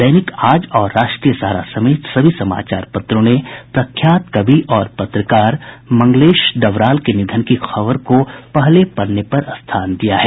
दैनिक आज और राष्ट्रीय सहारा समेत सभी समाचार पत्रों ने प्रख्यात कवि और पत्रकार मंगलेश डबराल के निधन की खबर को पहले पन्ने पर स्थान दिया है